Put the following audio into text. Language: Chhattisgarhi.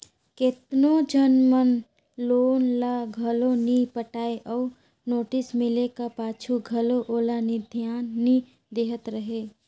केतनो झन मन लोन ल घलो नी पटाय अउ नोटिस मिले का पाछू घलो ओला धियान नी देहत रहें